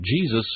Jesus